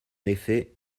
effet